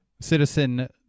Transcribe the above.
citizen